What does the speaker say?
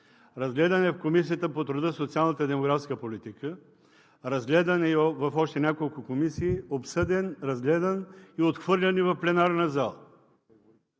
разгледан е в Комисията по труда, социалната и демографската политика, разгледан е и в още няколко комисии, обсъден, разгледан и отхвърлен и в пленарната зала.